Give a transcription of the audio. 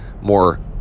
more